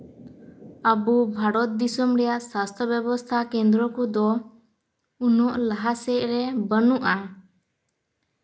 ᱟᱵᱚ ᱵᱷᱟᱨᱚᱛ ᱫᱤᱥᱚᱢ ᱨᱮᱭᱟᱜ ᱥᱟᱥᱛᱷᱚ ᱵᱮᱵᱚᱥᱛᱷᱟ ᱠᱮᱱᱫᱨᱚ ᱠᱚᱫᱚ ᱩᱱᱟᱹᱜ ᱞᱟᱦᱟ ᱥᱮᱫ ᱨᱮ ᱵᱟ ᱱᱩᱜ ᱟ